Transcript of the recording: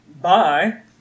Bye